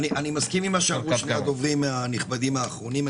אני מסכים עם שני הדוברים הנכבדים האחרונים.